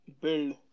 build